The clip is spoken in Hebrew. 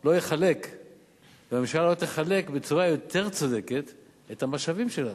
לא יחלק והממשלה לא תחלק בצורה יותר צודקת את המשאבים שלה?